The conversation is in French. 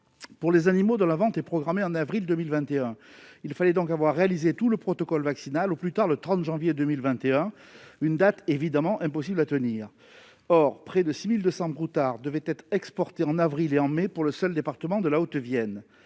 Pour les animaux dont la vente est programmée en avril 2021, il fallait donc avoir réalisé tout le protocole vaccinal au plus tard le 30 janvier 2021, une date évidemment impossible à tenir. Or près de 6 200 broutards devraient être exportés en avril et en mai pour le seul département de la Haute-Vienne.